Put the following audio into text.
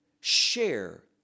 share